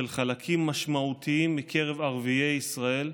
של חלקים משמעותיים מקרב ערביי ישראל,